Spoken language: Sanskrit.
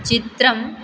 चित्रं